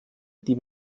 die